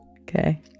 okay